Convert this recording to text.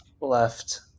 left